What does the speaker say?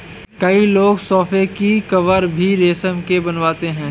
कई लोग सोफ़े के कवर भी रेशम के बनवाते हैं